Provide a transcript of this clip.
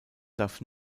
darf